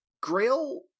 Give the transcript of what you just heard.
grail